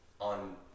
on